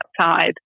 outside